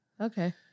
Okay